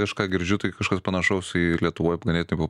aš ką girdžiu tai kažkas panašaus į lietuvoj ganėtinai